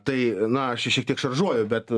tai na aš čia šiek tiek šaržuoju bet